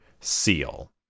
seal